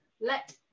Let